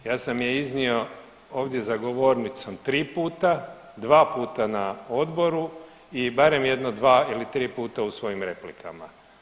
Ja sam je iznio ovdje za govornicom tri puta, dva puta na odboru i barem jedno dva ili tri puta u svojim replikama.